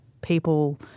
people